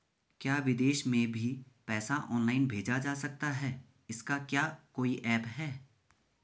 क्या विदेश में भी पैसा ऑनलाइन भेजा जा सकता है इसका क्या कोई ऐप है?